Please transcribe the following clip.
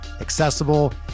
accessible